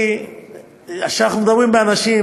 כי כשאנחנו מדברים על אנשים,